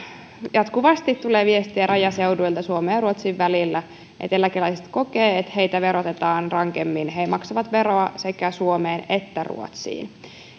jatkuvasti tulee viestiä rajaseuduilta suomen ja ruotsin välillä että eläkeläiset kokevat että heitä verotetaan rankemmin he maksavat veroa sekä suomeen että ruotsiin